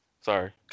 Sorry